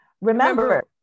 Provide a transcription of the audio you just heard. Remember